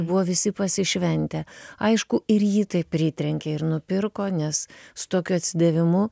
buvo visi pasišventę aišku ir jį tai pritrenkė ir nupirko nes su tokiu atsidavimu